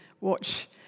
watch